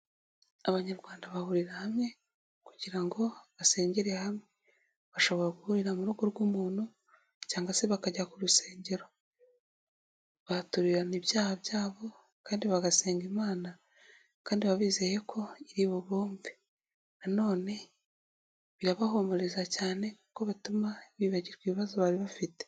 Abanyarwanda bahurira hamwe kugira ngo basengere hamwe, bashobora guhurira mu rugo rw'umuntu cyangwa se bakajya ku rusengero, baturirana ibyaha byabo kandi bagasenga Imana, kandi baba bizeye ko iri bubumve, nanone birabahumuriza cyane kuko bituma bibagirwa ibibazo bari bafite.